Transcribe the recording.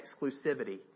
exclusivity